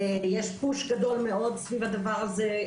יש פוש גדול מאוד סביב הדבר הזה.